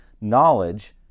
knowledge